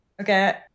Okay